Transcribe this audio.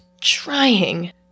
trying